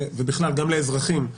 ובכלל גם לאזרחים,